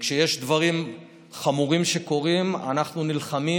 כשיש דברים חמורים שקורים אנחנו נלחמים,